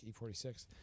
E46